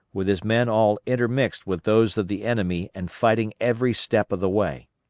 with his men all intermixed with those of the enemy and fighting every step of the way.